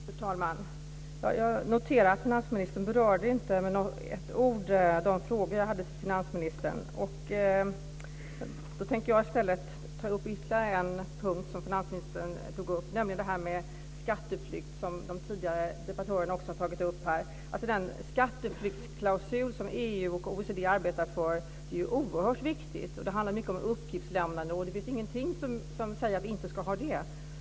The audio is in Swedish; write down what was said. Fru talman! Jag noterar att finansministern inte med ett ord berörde de frågor jag ställde till finansministern. Jag tänker i stället ta upp ytterligare en punkt som finansministern tog upp, nämligen det här med skatteflykt som de tidigare debattörerna också har tagit upp. Den skatteflyktsklausul som EU och OECD arbetar för är oerhört viktig. Det handlar mycket om uppgiftslämnande. Det finns ingenting som säger att vi inte ska ha det.